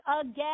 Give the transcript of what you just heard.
again